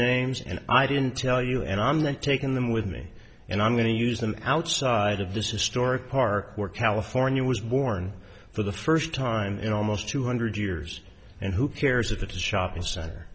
names and i didn't tell you and i'm not taking them with me and i'm going to use them outside of this a store of park where california was born for the first time in almost two hundred years and who cares if the shopping cent